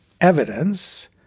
evidence